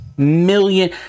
million